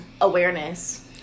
awareness